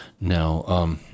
now